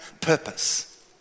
purpose